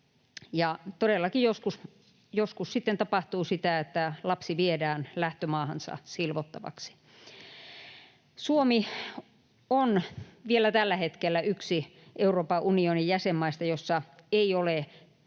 sitten tapahtuu sitä, että lapsi viedään lähtömaahansa silvottavaksi. Suomi on vielä tällä hetkellä yksi Euroopan unionin jäsenmaista, joissa ei ole